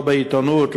לא בעיתונות,